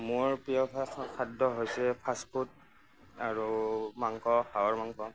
মোৰ প্ৰিয় খা খাদ্য হৈছে ফাষ্ট ফুড আৰু মাংস হাঁহৰ মাংস